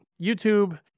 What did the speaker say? youtube